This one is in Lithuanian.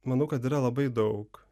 manau kad yra labai daug